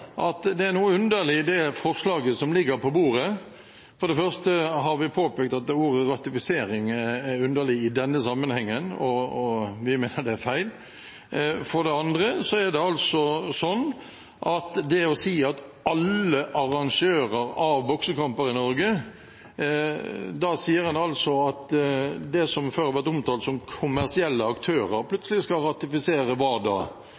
på bordet, er noe underlig. For det første har vi påpekt at ordet «ratifisering» er underlig i denne sammenhengen, og vi mener det er feil. For det andre, når en snakker om alle arrangører av boksekamper i Norge, da sier en altså at de som før har vært omtalt som kommersielle aktører, plutselig skal «ratifisere» WADA, istedenfor heller å se på hva